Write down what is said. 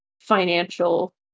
financial